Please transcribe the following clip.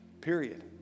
period